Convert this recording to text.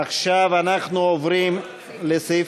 עכשיו אנחנו עוברים לסעיף